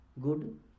good